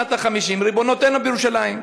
שנת ה-50 לריבונותנו בירושלים.